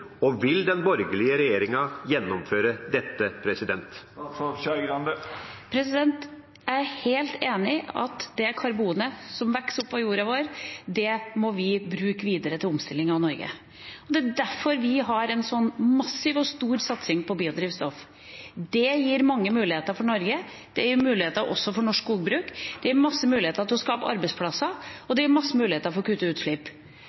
og vil den borgerlige regjeringa gjennomføre dette? Jeg er helt enig i at det karbonet som vokser opp av jorda vår, må vi bruke videre til omstilling av Norge. Det er derfor vi har en sånn massiv og stor satsing på biodrivstoff. Det gir mange muligheter for Norge. Det gir muligheter også for norsk skogbruk. Det gir mange muligheter til å skape arbeidsplasser, og det gir mange muligheter til å kutte utslipp.